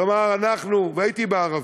כלומר, אנחנו, והייתי בערבה.